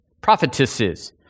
prophetesses